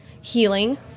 healing